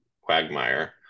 quagmire